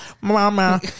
Mama